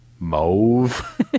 mauve